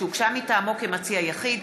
שהוגשה מטעמו כמציע יחיד,